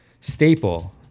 staple